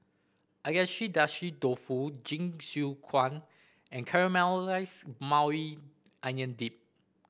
Agedashi Dofu Jingisukan and Caramelized Maui Onion Dip